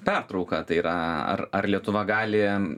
pertrauką tai yra ar ar lietuva gali